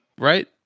Right